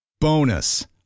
Bonus